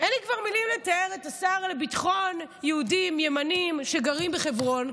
כבר אין לי מילים לתאר את השר לביטחון יהודים ימנים שגרים בחברון,